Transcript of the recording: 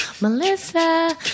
Melissa